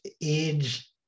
age